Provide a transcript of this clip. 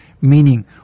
meaning